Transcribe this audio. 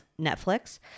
netflix